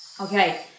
Okay